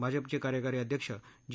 भाजपाचे कार्यकारी अध्यक्ष जे